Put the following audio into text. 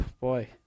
boy